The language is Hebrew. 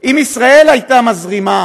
אם ישראל הייתה מזרימה